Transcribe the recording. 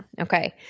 okay